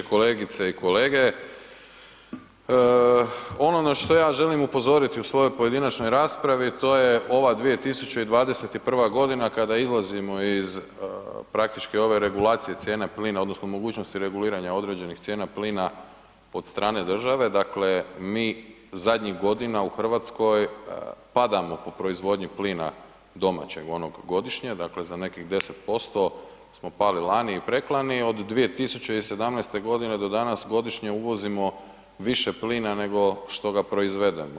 Kolegice i kolege ono na što ja želim upozoriti u svojoj pojedinačnoj raspravi, to je ova 2021. godina kada izlazimo iz praktički ove regulacije cijene plina odnosno mogućnosti reguliranja određenih cijena plina od strane države, dakle mi zadnjih godina u Hrvatskoj padamo po proizvodnji plina domaćeg onog godišnje, dakle za nekih 10% smo pali lani i preklani, od 2017. do danas godišnje uvozimo više plina nego što ga proizvedemo.